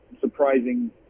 surprising